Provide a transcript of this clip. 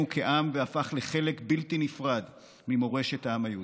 כעם והפך לחלק בלתי נפרד ממורשת העם היהודי.